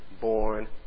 born